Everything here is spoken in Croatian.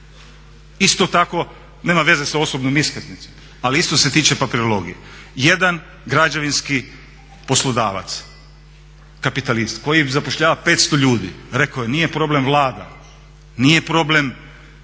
Isto tako nema veze sa osobnom iskaznicom ali isto se tiče papirologije. Jedan građevinski poslodavac, kapitalist koji zapošljava 500 ljudi rekao je nije problem Vlada, nije problem,